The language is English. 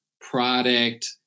product